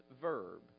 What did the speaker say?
verb